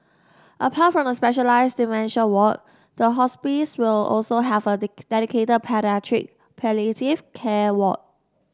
apart from the specialised dementia ward the hospice will also have a dedicated paediatric palliative care ward